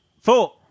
four